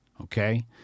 Okay